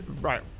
right